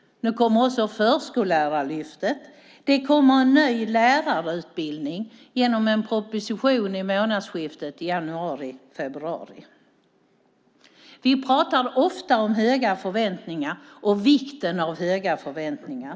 Nu kommer också Förskollärarlyftet. Det kommer förslag om en ny lärarutbildning i en proposition i månadsskiftet januari/februari. Vi pratar ofta om höga förväntningar och vikten av höga förväntningar.